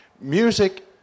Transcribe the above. music